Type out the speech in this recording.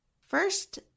First